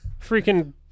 Freaking